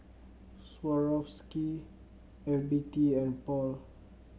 Swarovski F B T and Paul